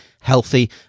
healthy